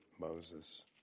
Moses